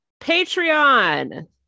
Patreon